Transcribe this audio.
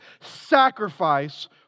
sacrifice